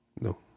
No